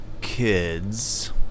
kids